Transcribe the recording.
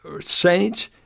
saints